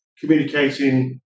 communicating